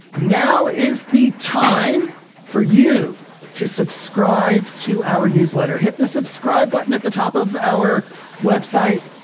now is the time for you to subscribe to our newsletter. hit the subscribe button at the top of our website